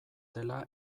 dela